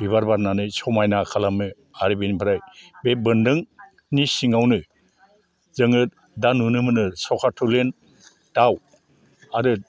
बिबार बारनानै समायना खालामो आरो बिनिफ्राय बे बोन्दोंनि सिङावनो जोङो दा नुनो मोनो सखाथुनि दाव आरो